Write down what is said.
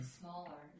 smaller